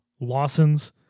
Lawson's